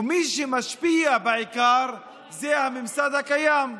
ומי שמשפיע בעיקר זה הממסד הקיים.